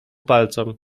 palcom